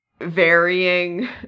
varying